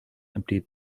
empty